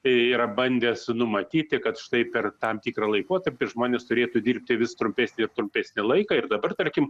yra bandęs numatyti kad štai per tam tikrą laikotarpį žmonės turėtų dirbti vis trumpesnį ir trumpesnį laiką ir dabar tarkim